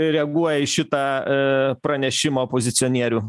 reaguoja į šitą pranešimą opozicionierių